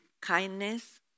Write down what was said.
kindness